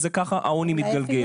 ככה העוני מתגלגל.